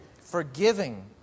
forgiving